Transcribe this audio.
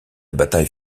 bataille